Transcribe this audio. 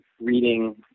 reading